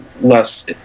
less